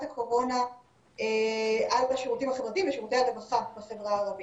הקורונה על השירותים החברתיים ושירותי הרווחה בחברה הערבית.